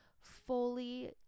fully